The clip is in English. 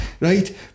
right